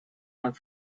not